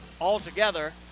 altogether